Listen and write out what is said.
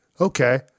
Okay